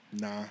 nah